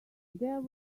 there